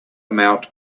amount